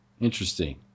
interesting